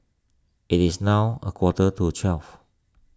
it is now a quarter to twelve